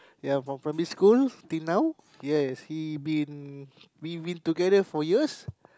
ya from primary school penang yes he been we been together for years